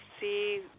see